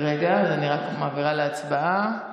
רגע, אני רק מעבירה להצבעה.